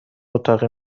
اتاقی